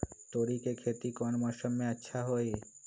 तोड़ी के खेती कौन मौसम में अच्छा होई?